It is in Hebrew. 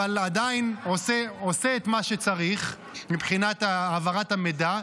אבל עדיין עושה את מה שצריך מבחינת העברת המידע,